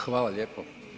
Hvala lijepo.